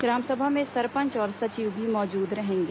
ग्रामसभा में सरपंच और सचिव भी मौजूद रहेंगे